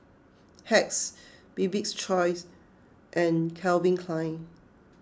Hacks Bibik's Choice and Calvin Klein